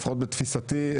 לפחות לתפיסתי,